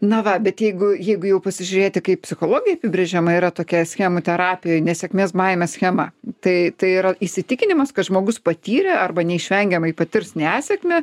na va bet jeigu jeigu jau pasižiūrėti kaip psichologijoj apibrėžiama yra tokia schemų terapijoj nesėkmės baimės schema tai tai yra įsitikinimas kad žmogus patyrė arba neišvengiamai patirs nesėkmę